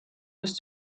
was